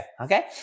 Okay